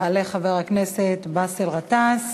יעלה חבר הכנסת באסל גטאס,